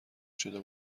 شده